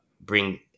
bring